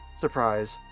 Surprise